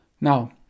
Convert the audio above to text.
Now